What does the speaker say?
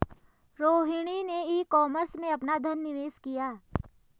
रोहिणी ने e commerce में अपना धन निवेश किया